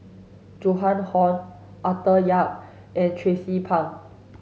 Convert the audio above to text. Joan Hon Arthur Yap and Tracie Pang